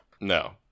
No